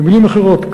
במילים אחרות,